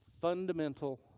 fundamental